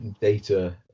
data